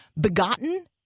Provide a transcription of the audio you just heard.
Begotten